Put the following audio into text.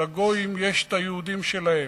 שלגויים יש את היהודים שלהם,